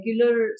regular